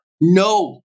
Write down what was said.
No